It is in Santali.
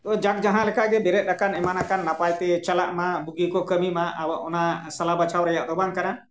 ᱛᱚ ᱡᱟᱠ ᱡᱟᱦᱟᱸ ᱞᱮᱠᱟᱜᱮ ᱵᱮᱨᱮᱫ ᱟᱠᱟᱱ ᱮᱢᱟᱱ ᱟᱠᱟᱱ ᱱᱟᱯᱟᱭ ᱛᱮ ᱪᱟᱞᱟᱜ ᱢᱟ ᱵᱩᱜᱤ ᱠᱚ ᱠᱟᱹᱢᱤ ᱢᱟ ᱟᱵᱚ ᱚᱱᱟ ᱥᱟᱞᱟ ᱵᱟᱪᱷᱟᱣ ᱨᱮᱱᱟᱜ ᱫᱚ ᱵᱟᱝ ᱠᱟᱱᱟ